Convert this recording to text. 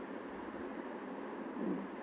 mm